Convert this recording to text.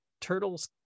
turtles